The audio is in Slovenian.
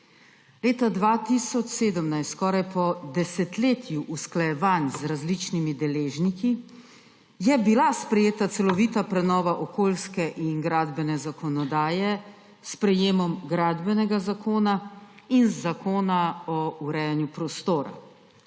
Leta 2017 je bila skoraj po desetletju usklajevanj z različnimi deležniki sprejeta celovita prenova okoljske in gradbene zakonodaje s sprejetjem Gradbenega zakona in Zakona o urejanju prostora.